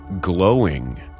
glowing